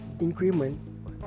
increment